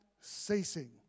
ceasing